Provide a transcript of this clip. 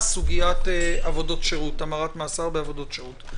סוגיית המרת מאסר בעבודות שירות.